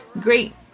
great